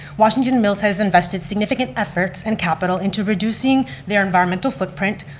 washington mills has invested significant efforts and capital into reducing their environmental footprint,